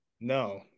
No